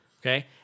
okay